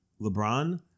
LeBron